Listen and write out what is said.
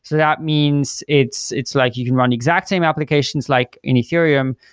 so that means it's it's like you can run the exact same applications like in ethereum,